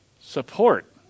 support